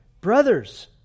Brothers